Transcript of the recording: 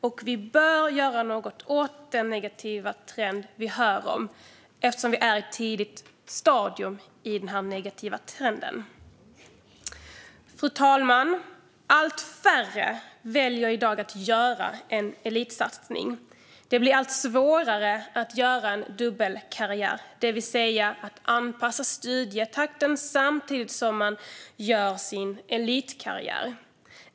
Och vi bör göra något åt den negativa trend vi hör om, eftersom vi är i ett tidigt stadium av den negativa trenden. Fru talman! Allt färre väljer i dag att göra en elitsatsning. Det blir allt svårare att göra en dubbelkarriär, det vill säga att anpassa studietakten samtidigt som man gör sin elitkarriär.